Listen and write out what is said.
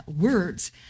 words